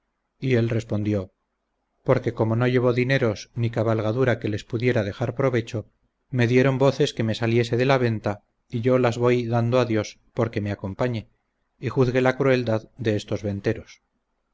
y él respondió porque como no llevo dineros ni cabalgadura que les pudiera dejar provecho me dieron voces que me saliese de la venta y yo las voy dando a dios porque me acompañe y juzgue la crueldad de estos venteros